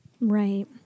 Right